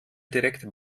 direkte